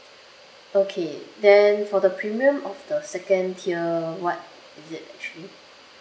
okay then for the premium of the second tier what is it actually